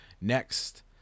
next